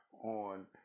on